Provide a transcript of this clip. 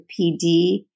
PD